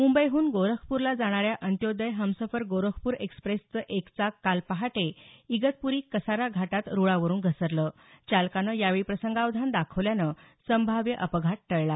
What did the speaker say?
मुंबईहून गोरखपूरला जाणाऱ्या अंत्योदय हमसफर गोरखपूर एक्सप्रेसचं एक चाक काल पहाटे इगतप्री कासारा घाटात रुळावरून घसरलं चालकानं यावेळी प्रसंगावधान दाखवल्यानं संभाव्य अपघात टळला